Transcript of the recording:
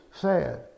sad